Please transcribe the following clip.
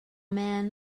man